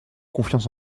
confiance